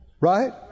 Right